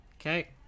okay